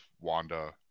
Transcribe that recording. Wanda